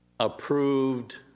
approved